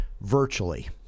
virtually